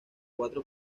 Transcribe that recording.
cuatro